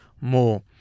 more